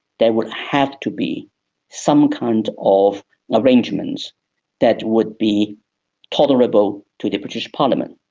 there would have to be some kind of arrangements that would be tolerable to the british parliament,